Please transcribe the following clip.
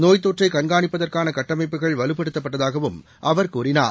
நோய்த் தொற்றைக் கண்காணிப்பதற்கானகட்டமைப்புகள் வலுப்படுத்தப்பட்டதாகவும் அவர் கூறினார்